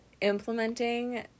implementing